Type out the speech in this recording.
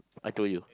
I told you